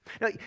Now